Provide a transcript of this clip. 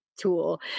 tool